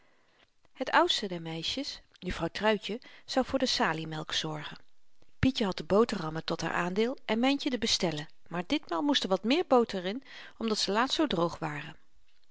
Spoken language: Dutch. het oudste der meisjes juffrouw truitje zou voor de saliemelk zorgen pietje had de boterammen tot haar aandeel en myntje de bestellen maar ditmaal moest er wat meer boter in omdat ze laatst zoo droog waren